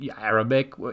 Arabic